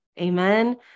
Amen